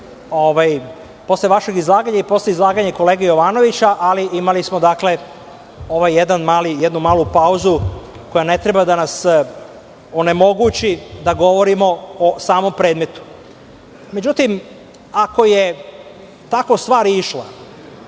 posle vašeg izlaganja i posle izlaganja kolege Jovanovića, ali imali smo ovu jednu malu pauzu koja ne treba da nas onemogući da govorimo o samom predmetu.Međutim, ako je tako stvar išla,